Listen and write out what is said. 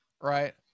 right